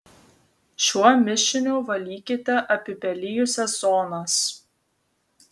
šiuo mišiniu valykite apipelijusias zonas